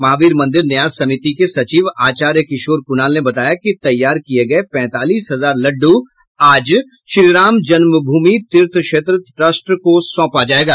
महावीर मंदिर न्यास समिति के सचिव अचार्य किशोर कुणाल ने बताया कि तैयार किये गये पैंतालीस हजार लड्डू आज श्रीराम जन्मभूमि तीर्थक्षेत्र ट्रस्ट को सौंपा जायेगा